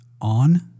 On